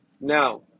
now